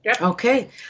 Okay